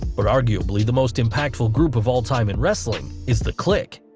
but arguably the most impactful group of all time in wrestling is the kliq.